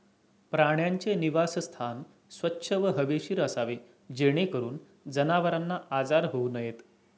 प्राण्यांचे निवासस्थान स्वच्छ व हवेशीर असावे जेणेकरून जनावरांना आजार होऊ नयेत